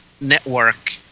Network